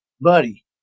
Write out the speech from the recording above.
buddy